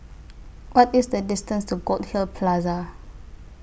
What IS The distance to Goldhill Plaza